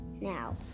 now